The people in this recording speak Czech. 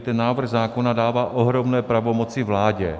Ten návrh zákona dává ohromné pravomoci vládě.